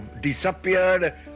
disappeared